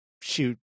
shoot